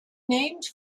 named